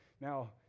now